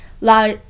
La